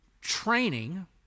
training